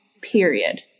period